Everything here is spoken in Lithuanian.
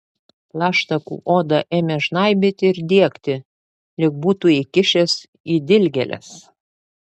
plaštakų odą ėmė žnaibyti ir diegti lyg būtų įkišęs į dilgėles